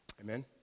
Amen